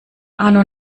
arno